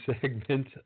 segment